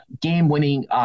game-winning